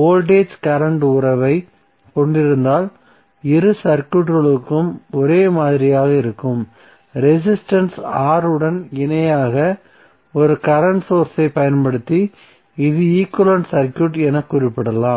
voltage current உறவைக் கொண்டிருந்தால் இரு சர்க்யூட்களுக்கும் ஒரே மாதிரியாக இருக்கும் ரெசிஸ்டன்ஸ் R உடன் இணையாக ஒரு கரண்ட் சோர்ஸ் ஐ பயன்படுத்தி இது ஈக்வலன்ட் சர்க்யூட் என குறிப்பிடப்படலாம்